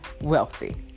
wealthy